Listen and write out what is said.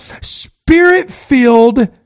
spirit-filled